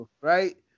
right